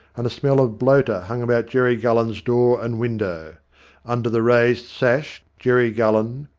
and a smell of bloater hung about jerry gullen's door and window under the raised sash jerry gullen,